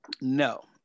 No